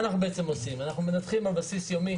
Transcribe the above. אנחנו מנתחים על בסיסי יומי,